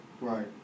Right